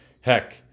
Heck